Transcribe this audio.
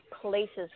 places